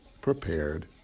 prepared